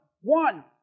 One